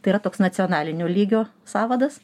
tai yra toks nacionalinio lygio sąvadas